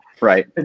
Right